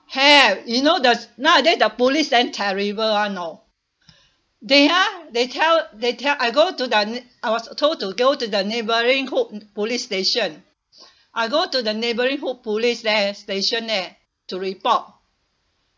have you know the nowadays the police damn terrible [one] know they ha they tell they tell I go to the ne~ I was told to go to the neighbouring hood police station I go to the neighbouring hood police there station there to report